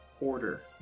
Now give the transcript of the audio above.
order